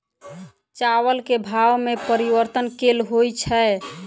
चावल केँ भाव मे परिवर्तन केल होइ छै?